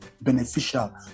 beneficial